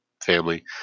family